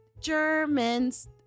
Germans